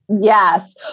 Yes